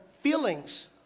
feelings